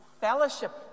fellowship